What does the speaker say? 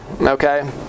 okay